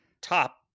Top